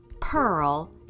Pearl